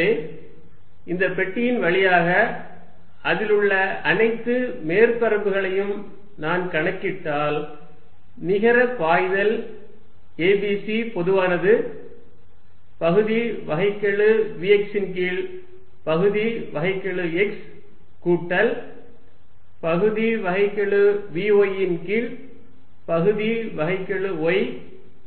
எனவே இந்த பெட்டியின் வழியாக அதில் உள்ள அனைத்து மேற்பரப்புகளையும் நான் கணக்கிட்டால் நிகர பாய்தல் a b c பொதுவானது பகுதி வகைக்கெழு vx ன் கீழ் பகுதி வகைக்கெழு x கூட்டல் பகுதி வகைக்கெழு vy ன் கீழ் பகுதி வகைக்கெழு y